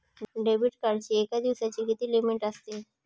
Debit कार्डची एका दिवसाची किती लिमिट असते?